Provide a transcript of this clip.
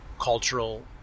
cultural